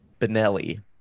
Benelli